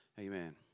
amen